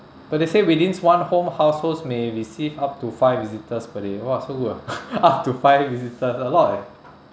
but they say within one whole households may receive up to five visitors per day !wah! so good ah up to five visitors a lot eh